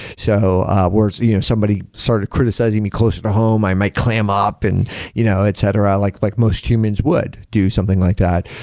so you know somebody started criticizing me closer to home, i might clam up and you know etc, like like most humans would do something like that.